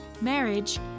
marriage